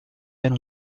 era